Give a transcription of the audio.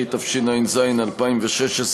6), התשע"ז 2016,